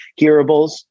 hearables